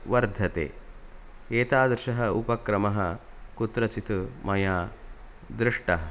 वर्धते एतादृशः उपक्रमः मया कुत्रचित् दृष्टः